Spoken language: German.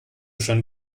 schon